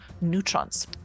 neutrons